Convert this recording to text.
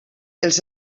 els